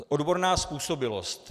Odborná způsobilost.